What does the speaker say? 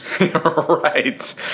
Right